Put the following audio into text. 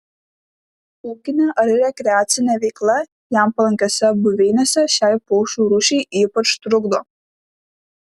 ūkinė ar rekreacinė veikla jam palankiose buveinėse šiai paukščių rūšiai ypač trukdo